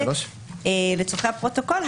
לצרכי הפרוטוקול,